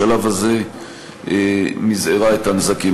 בשלב הזה מזערו את הנזקים.